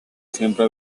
siempre